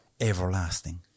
everlasting